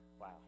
wow